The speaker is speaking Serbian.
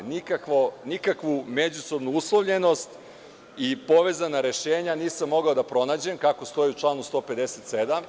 Nikakvu međusobnu uslovljenost i povezana rešenja nisam mogao da pronađem, kako stoji u članu 157.